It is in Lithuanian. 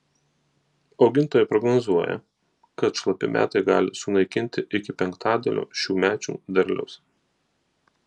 augintojai prognozuoja kad šlapi metai gali sunaikinti iki penktadalio šiųmečio derliaus